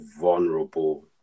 vulnerable